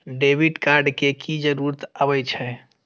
Debit card के की जरूर आवे छै?